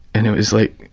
and it was like,